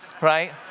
right